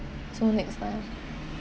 so next time